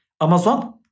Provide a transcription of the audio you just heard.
Amazon